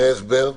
הסבר בבקשה.